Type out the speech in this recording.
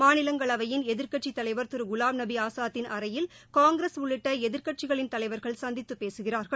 மாநிலங்களவையின் எதிர்க்கட்சி தலைவர் திரு குலாம் நபி ஆசாத்தின் அறையில் காங்கிரஸ் உள்ளிட்ட எதிர்க்கட்சிகளின் தலைவர்கள் சந்தித்து பேசுகிறார்கள்